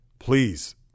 Please